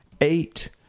eight